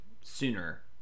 sooner